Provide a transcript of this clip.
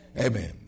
Amen